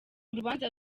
urubanza